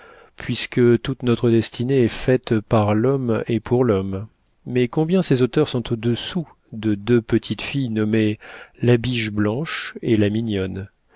puisque toute notre destinée est faite par l'homme et pour l'homme mais combien ces auteurs sont au-dessous de deux petites filles nommées la biche blanche et la mignonne